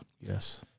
Yes